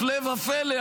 הפלא ופלא,